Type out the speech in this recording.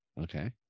Okay